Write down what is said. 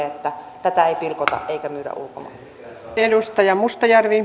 että tätä ei pilkota eikä myydä ulkomaille